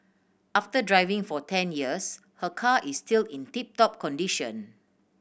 after driving for ten years her car is still in tip top condition